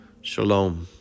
Shalom